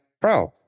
bro